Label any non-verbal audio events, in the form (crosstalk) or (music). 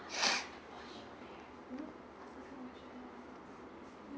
(breath)